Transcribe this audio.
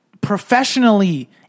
professionally